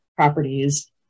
properties